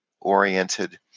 oriented